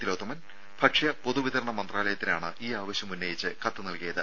തിലോത്തമൻ ഭക്ഷ്യപൊതുവിതരണ മന്ത്രാലയത്തിനാണ് ഈ ആവശ്യം ഉന്നയിച്ച് കത്ത് നൽകിയത്